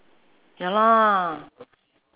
ya lah